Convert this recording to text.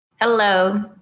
Hello